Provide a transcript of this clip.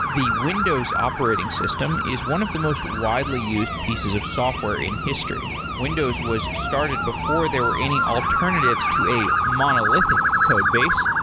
the windows operating system is one of the most widely used pieces of software in history. windows was started before there were any alternatives to a monolithic codebase,